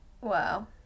Wow